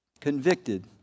convicted